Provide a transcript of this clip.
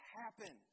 happen